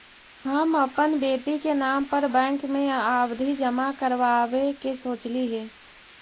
हम अपन बेटी के नाम पर बैंक में आवधि जमा करावावे के सोचली हे